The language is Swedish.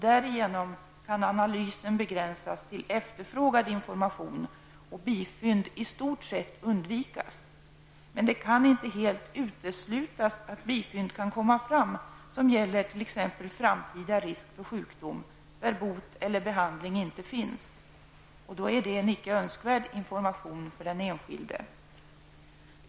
Därigenom kan analysen begränsas till efterfrågad information och bifynd i stort sett undvikas. Det kan dock inte helt uteslutas att bifynd kan komma fram som gäller t.ex. framtida risk för sjukdom där bot eller behandling inte finns. Då är det en icke önskvärd information för den enskilde.